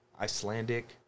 Icelandic